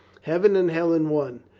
heaven and hell in one.